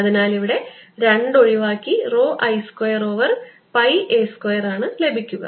അതിനാൽ ഇവിടെ 2 ഒഴിവാക്കി rho I square over pi a square ആണ് ലഭിക്കുക